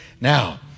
Now